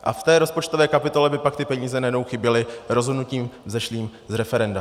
A v té rozpočtové kapitole by pak ty peníze najednou chyběly rozhodnutím vzešlým z referenda.